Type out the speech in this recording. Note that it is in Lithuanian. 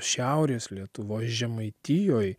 šiaurės lietuvoj žemaitijoj